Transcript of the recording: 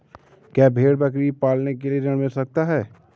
क्या भेड़ बकरी पालने के लिए ऋण मिल सकता है?